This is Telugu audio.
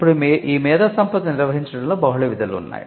ఇప్పుడు ఈ మేధో సంపత్తిని నిర్వహించడంలో బహుళ విధులు ఉన్నాయి